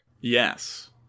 Yes